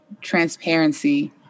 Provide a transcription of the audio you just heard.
transparency